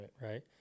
Right